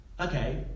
okay